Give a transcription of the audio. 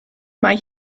mae